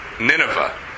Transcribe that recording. Nineveh